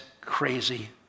crazy